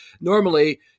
Normally